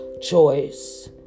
choice